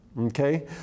Okay